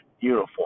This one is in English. uniform